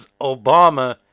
Obama